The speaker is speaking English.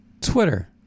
Twitter